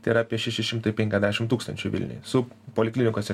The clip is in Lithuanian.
tai yra apie šeši šimtai penkiasdešimt tūkstančių vilniuj su poliklinikose